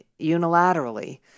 unilaterally